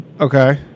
Okay